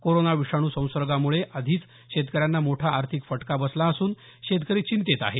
corona विषाणू संसर्गामुळे आधीच शेतकऱ्यांना मोठा आर्थिक फटका बसला असून शेतकरी चिंतेत आहे